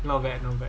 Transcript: not bad okay